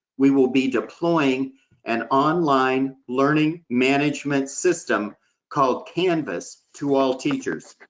we will be deploying an online learning management system called canvas to all teachers.